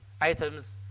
items